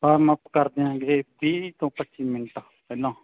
warm up ਕਰਦੇ ਹਾਂ ਗੇ ਵੀਹ ਤੋਂ ਪੱਚੀ ਮਿੰਟ ਪਹਿਲਾਂ